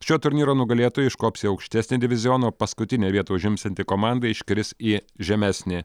šio turnyro nugalėtoja iškops į aukštesnį divizioną paskutinę vietą užimsianti komanda iškris į žemesnį